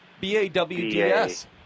B-A-W-D-S